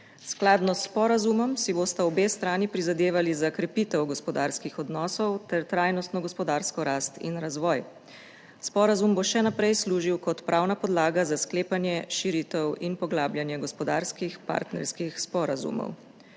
Skladno s sporazumom si bosta obe strani prizadevali za krepitev gospodarskih odnosov ter trajnostno gospodarsko rast in razvoj. Sporazum bo še naprej služil kot pravna podlaga za sklepanje, širitev in poglabljanje gospodarskih partnerskih sporazumov.